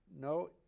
no